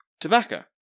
tobacco